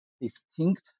distinct